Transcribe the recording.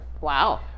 Wow